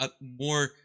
more